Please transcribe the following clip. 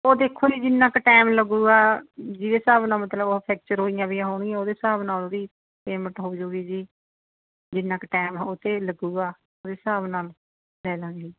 ਉਹ ਦੇਖੋ ਜੀ ਜਿੰਨਾ ਕੁ ਟੈਮ ਲੱਗੂਗਾ ਜਿਹਦੇ ਹਿਸਾਬ ਨਾਲ ਮਤਲਬ ਉਹ ਫੈਕਚਰ ਹੋਈਆਂ ਵੀ ਹੋਣਗੀਆਂ ਉਹਦੇ ਹਿਸਾਬ ਨਾਲ ਉਹਦੀ ਪੇਮੈਂਟ ਹੋ ਜਾਵੇਗੀ ਜੀ ਜਿੰਨਾ ਕੁ ਟੈਮ ਉਹ 'ਤੇ ਲੱਗੂਗਾ ਉਹਦੇ ਹਿਸਾਬ ਨਾਲ ਲੈ ਲਾਂਗੇ